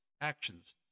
actions